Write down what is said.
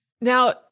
Now